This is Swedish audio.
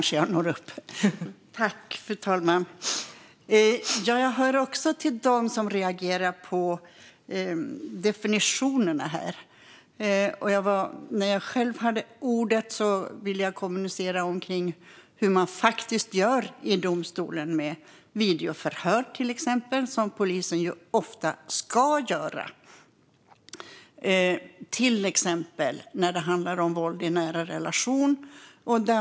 Fru talman! Jag hör också till dem som reagerar på definitionerna här. När jag själv hade ordet ville jag kommunicera hur man faktiskt gör i domstolen med exempelvis videoförhör, något som polisen ofta ska göra, till exempel när det handlar om våld i nära relation.